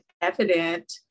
evident